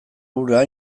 hura